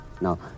Now